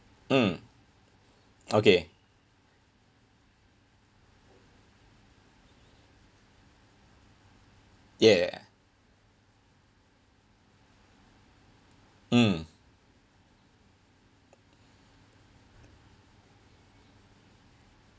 mm okay ya ya ya mm